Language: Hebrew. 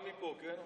אפשר מפה, כן?